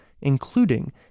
including